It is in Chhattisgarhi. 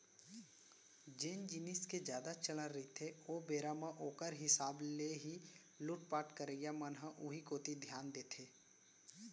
जेन जिनिस के जादा चलन रहिथे ओ बेरा म ओखर हिसाब ले ही लुटपाट करइया मन ह उही कोती धियान देथे